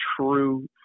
true